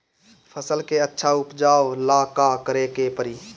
फसल के अच्छा उपजाव ला का करे के परी?